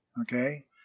okay